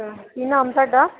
ਕੀ ਨਾਮ ਤੁਹਾਡਾ